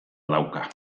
dauka